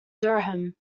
durham